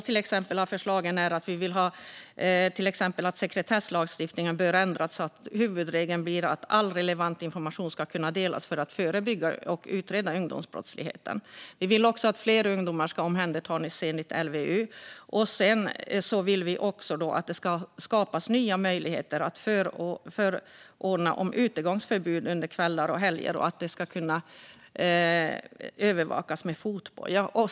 Till exempel anser vi att sekretesslagstiftningen bör ändras, så att huvudregeln blir att all relevant information ska kunna delas för att man ska kunna förebygga och utreda ungdomsbrottslighet. Vi vill också att fler ungdomar ska omhändertas enligt LVU. Vi vill också att det ska skapas nya möjligheter att förordna om utegångsförbud under kvällar och helger och att det ska kunna övervakas med fotboja.